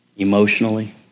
Emotionally